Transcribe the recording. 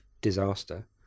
disaster